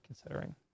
considering